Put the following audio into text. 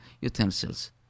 utensils